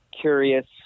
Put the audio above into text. curious